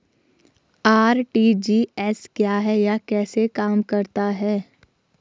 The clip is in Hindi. आर.टी.जी.एस क्या है यह कैसे काम करता है?